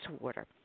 water